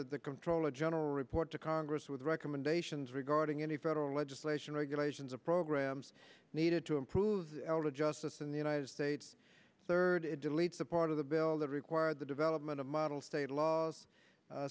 that the comptroller general report to congress with recommendations regarding any federal legislation regulations of programs needed to improve elder justice in the united states third it deletes the part of the bill that require the development of model state laws